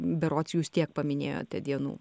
berods jūs tiek paminėjote dienų